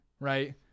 right